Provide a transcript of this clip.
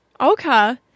Okay